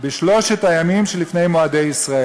בשלושת הימים שלפני מועדי ישראל.